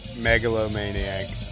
Megalomaniac